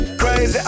crazy